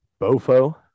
Bofo